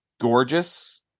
gorgeous